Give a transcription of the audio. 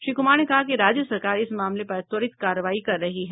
श्री कुमार ने कहा कि राज्य सरकार इस मामले पर त्वरित कार्रवाई कर रही है